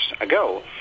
ago